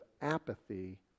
apathy